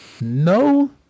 No